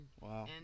Wow